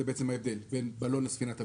שזה בעצם ההבדל בין בלון לספינת אוויר.